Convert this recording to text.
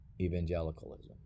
evangelicalism